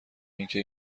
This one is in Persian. اینکه